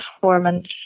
performance